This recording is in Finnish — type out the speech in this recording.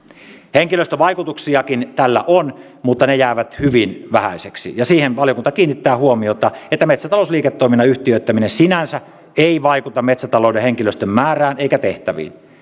henkilöstövaikutuksiakin tällä on mutta ne jäävät hyvin vähäisiksi ja siihen valiokunta kiinnittää huomiota että metsätalousliiketoiminnan yhtiöittäminen sinänsä ei vaikuta metsätalouden henkilöstön määrään eikä tehtäviin